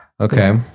Okay